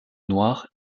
noir